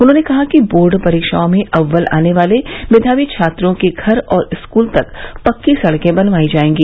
उन्होंने कहा कि बोर्ड परीक्षाओं में अव्वल आने वाले मेधावी छात्रों के घर और स्कूल तक पक्की सड़कें बनवायी जाएगी